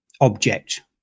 object